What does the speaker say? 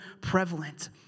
prevalent